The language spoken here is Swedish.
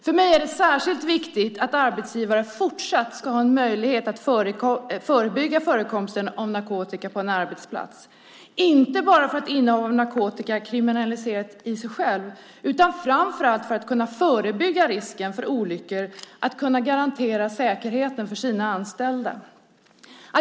För mig är det särskilt viktigt att arbetsgivare fortsatt ska ha en möjlighet att förebygga förekomsten av narkotika på en arbetsplats, inte bara för att innehav av narkotika är kriminaliserat i sig själv utan framför allt för att man ska kunna minska risken för olyckor och kunna garantera säkerheten för sina anställda.